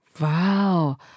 Wow